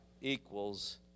equals